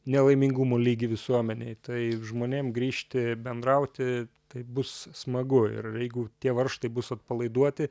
nelaimingumo lygį visuomenėj tai žmonėm grįžti bendrauti tai bus smagu ir jeigu tie varžtai bus atpalaiduoti